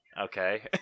Okay